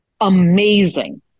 amazing